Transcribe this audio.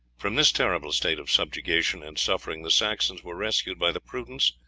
from this terrible state of subjection and suffering the saxons were rescued by the prudence,